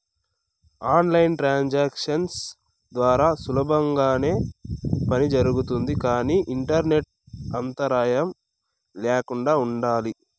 on line transactions ద్వారా సులభంగానే పని జరుగుతుంది కానీ ఇంటర్నెట్ అంతరాయం ల్యాకుండా ఉండాలి